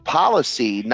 policy